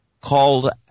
called